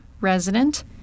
resident